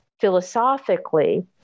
philosophically